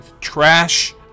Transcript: trash